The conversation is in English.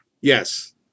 Yes